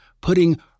putting